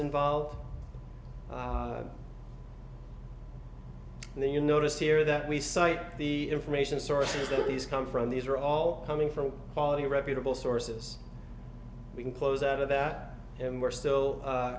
involved and then you notice here that we cite the information sources that these come from these are all coming from quality reputable sources we can close out of that and we're still